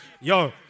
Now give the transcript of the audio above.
yo